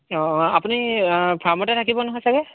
অঁ অঁ আপুনি ফাৰ্মতে থাকিব নহয় চাগৈ